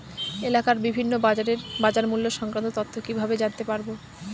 এলাকার বিভিন্ন বাজারের বাজারমূল্য সংক্রান্ত তথ্য কিভাবে জানতে পারব?